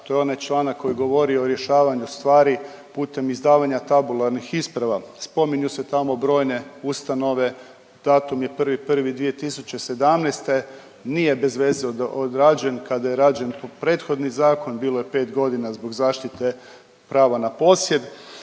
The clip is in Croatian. to je onaj članak koji govori o rješavanju stvari putem izdavanja tabularnih isprava. Spominju se tamo brojne ustanove, datumi 1.1.2017., nije bez veze odrađen kada je rađen po prethodni zakon, bilo je 5 godina zbog zaštite prava na posjed,